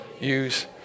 use